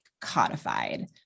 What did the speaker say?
codified